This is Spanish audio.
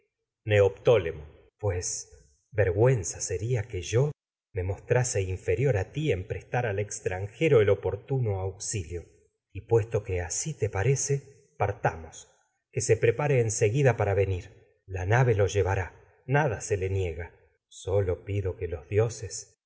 neoptólemo pues ti vergüenza prestar que seria que yo me mostrase inferior a en al extranjero el opor te parece tuno auxilio y puesto asi partamos que se prepare en seguida niega para venir que la fiave lo lle nos vará nada se le sólo pido y los dioses